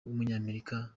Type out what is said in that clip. w’umunyamerika